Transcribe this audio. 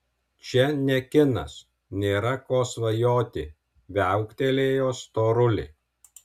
čia ne kinas nėra ko svajoti viauktelėjo storulė